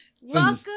Welcome